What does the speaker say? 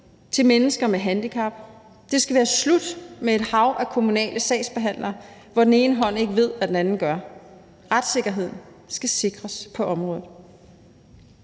til mennesker med handicap. Det skal være slut med et hav af kommunale sagsbehandlere, hvor den ene hånd ikke ved, hvad den anden gør. Retssikkerheden skal sikres på området.